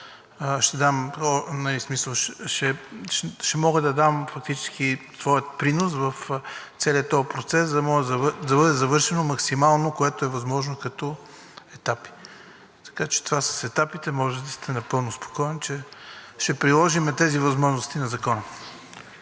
ще мога да дам своя принос в целия този процес, за да може да бъде завършено максимално, което е възможно като етапи. Това с етапите може да сте напълно спокоен, че ще приложим тези възможности на Закона.